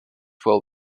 will